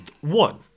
one